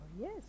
Yes